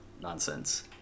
nonsense